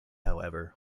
however